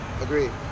Agreed